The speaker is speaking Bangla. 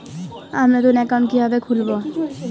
আমি নতুন অ্যাকাউন্ট কিভাবে খুলব?